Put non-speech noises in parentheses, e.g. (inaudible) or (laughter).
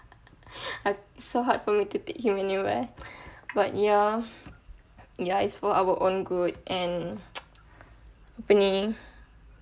I so hard for me to take him anywhere but ya ya it's for our own good and (noise) apa ni